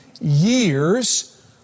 years